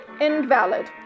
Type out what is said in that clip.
invalid